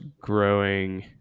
growing